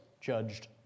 judged